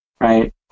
Right